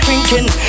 Drinking